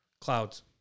Clouds